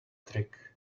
trick